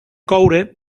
coure